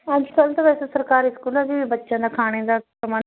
ਅੱਜ ਕੱਲ੍ਹ ਤਾਂ ਵੈਸੇ ਸਰਕਾਰੀ ਸਕੂਲਾਂ 'ਚ ਵੀ ਬੱਚਿਆਂ ਦਾ ਖਾਣੇ ਦਾ ਸਮਾਂ